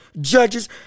judges